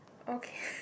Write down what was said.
okay